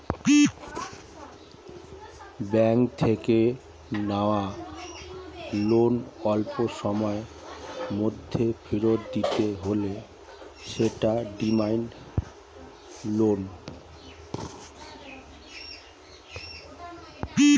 bank থেকে নেওয়া loan অল্পসময়ের মধ্যে ফেরত দিতে হলে সেটা ডিমান্ড লোন